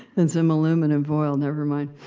and some aluminum foil never mind.